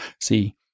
See